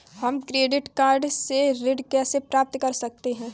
हम credit card से ऋण कैसे प्राप्त कर सकते हैं?